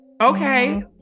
okay